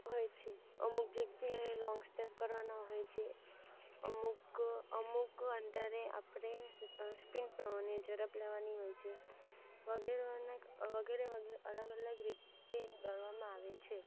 હોય છે અમુક જીગ્યાંએ લોંગ સ્ટેપ કરવાના હોય છે અમુક અમુક અંતરે આપણે સપ્રિન્ટ મારવાની હોય ઝડપ લેવાની હોય છે વગેરે વગેરે અલગ અલગ રીતે દોડવામાં આવે છે